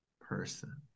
person